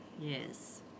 Yes